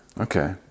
Okay